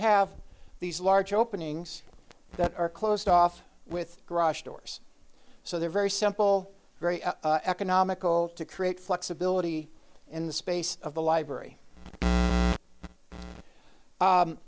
have these large openings that are closed off with garage doors so they're very simple very economical to create flexibility in the space of the library